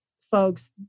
folks